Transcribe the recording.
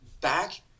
back